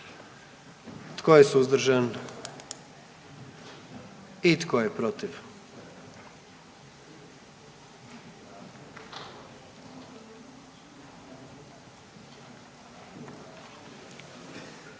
Tko je suzdržan? I tko je protiv?